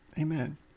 Amen